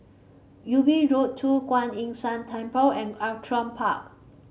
Ubi Road Two Kuan Yin San Temple and Outram Park